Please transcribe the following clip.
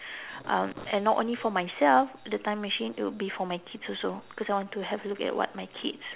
um and not only for myself the time machine it will be for my kids also because I want to have a look at what my kids